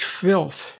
filth